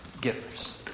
givers